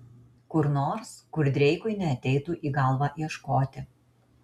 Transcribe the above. kur nors kur dreikui neateitų į galvą ieškoti